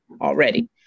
already